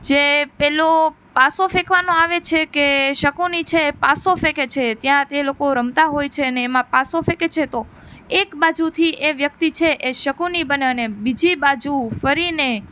જે પેલો પાસો ફેંકવાનો આવે છે કે શકુની છે પાસો ફેંકે છે ત્યાં તે લોકો રમતા હોય છે અને એમાં પાસો ફેંકે છે તો એક બાજુથી એ વ્યક્તિ છે એ શકુની બન્યો ને બીજી બાજુ ફરીને